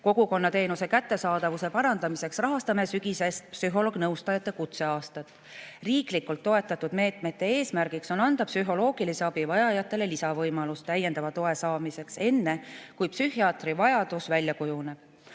Kogukonnateenuse kättesaadavuse parandamiseks rahastame sügisest psühholoog-nõustajate kutseaastat. Riiklikult toetatud meetmete eesmärk on anda psühholoogilise abi vajajatele lisavõimalus täiendava toe saamiseks enne, kui psühhiaatri vajadus välja kujuneb.